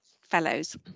fellows